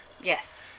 Yes